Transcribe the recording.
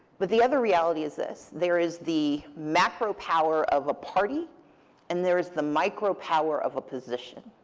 but the other reality is this. there is the macro power of a party and there is the micro power of a position.